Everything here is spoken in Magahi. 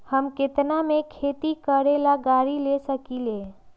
हम केतना में खेती करेला गाड़ी ले सकींले?